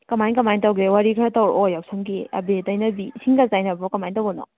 ꯀꯃꯥꯏ ꯀꯃꯥꯏꯅ ꯇꯧꯒꯦ ꯋꯥꯔꯤ ꯈꯔ ꯇꯧꯔꯛꯑꯣ ꯌꯥꯎꯁꯪꯒꯤ ꯑꯕꯦꯔ ꯇꯩꯅꯕꯤ ꯏꯁꯤꯡꯒ ꯆꯥꯏꯅꯕ꯭ꯔꯣ ꯀꯃꯥꯏꯅ ꯇꯧꯕꯅꯣ